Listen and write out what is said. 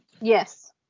Yes